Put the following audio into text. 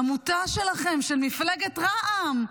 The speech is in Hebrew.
עמותה שלכם, של מפלגת רע"מ.